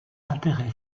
intérêts